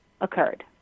occurred